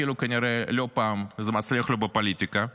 אפילו כנראה לא פעם זה מצליח לו בפוליטיקה.